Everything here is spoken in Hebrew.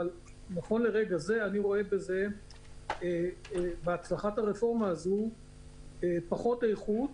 אני רואה בהצלחת הרפורמה הזו פחות איכות